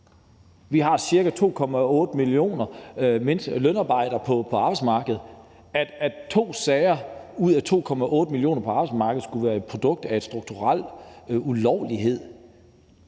Vi har ca. 2,8 millioner lønarbejdere på arbejdsmarkedet. At to sager ud af de 2,8 millioner lønarbejdere på arbejdsmarkedet skulle være et produkt af en strukturel ulovlighed